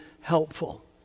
helpful